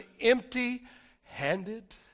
empty-handed